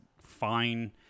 fine